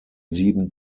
sieben